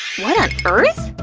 what on earth?